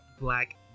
black